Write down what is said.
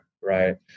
right